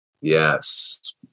Yes